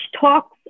talks